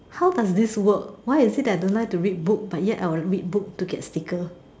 how does this work why is it that I don't like to read but yet I will read book to get sticker